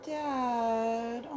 dad